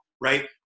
right